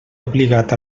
obligat